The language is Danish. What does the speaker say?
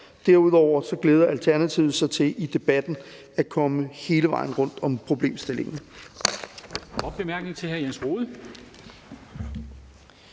Derudover glæder Alternativet sig til i debatten at komme hele vejen rundt om problemstillingen.